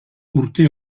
urte